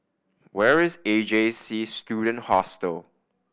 where is A J C Student Hostel